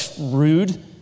rude